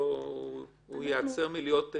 דירקטור ייעצר מלהיות דירקטור?